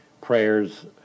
prayers